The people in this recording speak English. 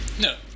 No